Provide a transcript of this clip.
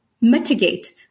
mitigate